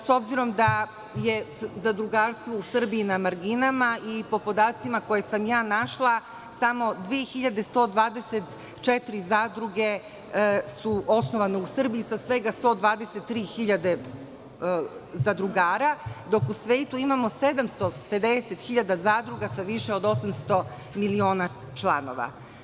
S obzirom da je zadrugarstvo u Srbiji na marginama po podacima koje sam našla samo 2.124 zadruge su osnovane u Srbiju, a svega 123 hiljade zadrugara, dok u svetu imamo 750 hiljada zadruga sa više od 800 miliona članova.